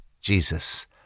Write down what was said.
Jesus